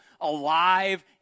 alive